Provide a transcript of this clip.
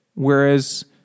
Whereas